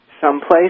someplace